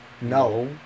No